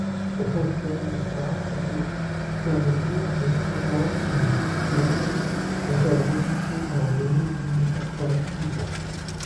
organizatorė šiaulių aušros muziejaus žaliūkių malūnininko sodyba